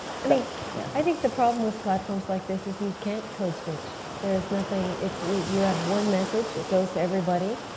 sort of yeah i think the problem with platforms like this is you can't code-switch, there's nothing, you have one message, it goes to everybody,